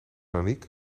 anniek